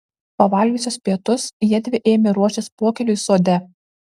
pavalgiusios pietus jiedvi ėmė ruoštis pokyliui sode